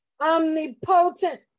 omnipotent